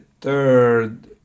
third